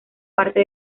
parte